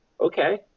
okay